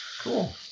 cool